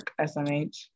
SMH